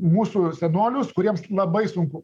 mūsų senolius kuriems labai sunku